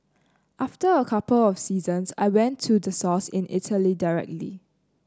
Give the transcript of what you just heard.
after a couple of seasons I went to the source in Italy directly